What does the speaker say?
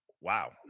wow